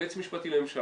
היועץ המשפטי לממשלה,